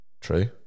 True